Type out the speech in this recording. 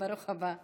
ברוך הבא שוב.